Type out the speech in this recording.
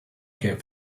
care